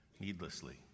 needlessly